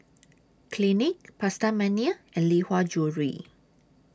Clinique Pasta Mania and Lee Hwa Jewellery